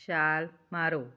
ਛਾਲ ਮਾਰੋ